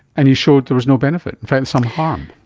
and you showed there was no benefit, in fact some harm.